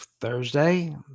Thursday